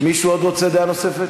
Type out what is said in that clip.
מישהו עוד רוצה דעה נוספת?